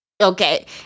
okay